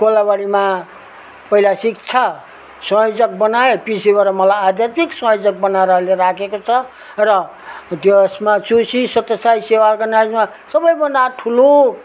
कोलाबरीमा पहिला शिक्षा संयोजक बनाए पछि गएर मलाई आध्यापिक संयोजक बनाएर अहिले राखेको छ र त्यसमा सुश्री सत्य साई सेवा अर्गनाइजमा सबैभन्दा ठुलो